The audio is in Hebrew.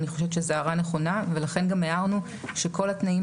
אני חושבת שזאת הערה נכונה ולכן גם הערנו שכל התנאים